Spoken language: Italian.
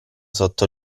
sotto